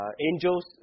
angels